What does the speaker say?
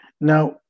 Now